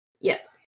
Yes